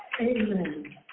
Amen